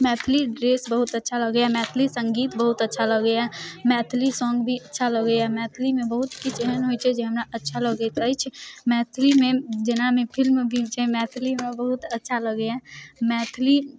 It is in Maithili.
मैथिली ड्रेस बहुत अच्छा लागैए मैथिली सङ्गीत बहुत अच्छा लगैए मैथिली सौंग भी बहुत अच्छा लागैए मैथिलीमे बहुत किछु एहन होइत छै जे हमरा अच्छा लगैत अछि मैथिलीमे जेना भी फिल्म भी छै मैथिलीमे बहुत अच्छा लगैए मैथिली